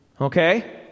Okay